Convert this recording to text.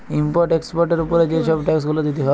import এক্সপর্টের উপরে যে ছব ট্যাক্স গুলা দিতে হ্যয়